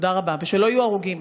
תודה רבה, ושלא יהיו הרוגים.